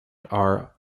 are